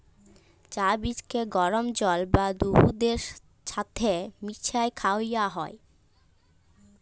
চাঁ বীজকে গরম জল বা দুহুদের ছাথে মিশাঁয় খাউয়া হ্যয়